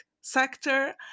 sector